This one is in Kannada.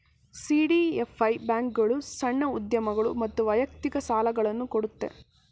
ಸಿ.ಡಿ.ಎಫ್.ಐ ಬ್ಯಾಂಕ್ಗಳು ಸಣ್ಣ ಉದ್ಯಮಗಳು ಮತ್ತು ವೈಯಕ್ತಿಕ ಸಾಲುಗಳನ್ನು ಕೊಡುತ್ತೆ